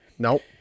Nope